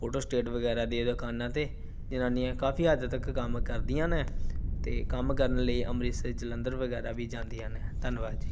photo state ਵਗੈਰਾ ਦੀਆਂ ਦੁਕਾਨਾਂ 'ਤੇ ਜਨਾਨੀਆਂ ਕਾਫ਼ੀ ਹੱਦ ਤੱਕ ਕੰਮ ਕਰਦੀਆਂ ਨੇ ਅਤੇ ਕੰਮ ਕਰਨ ਲਈ ਅੰਮ੍ਰਿਤਸਰ ਜਲੰਧਰ ਵਗੈਰਾ ਵੀ ਜਾਂਦੀਆਂ ਨੇ ਧੰਨਵਾਦ ਜੀ